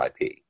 IP